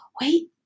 wait